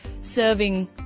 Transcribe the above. serving